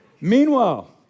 Meanwhile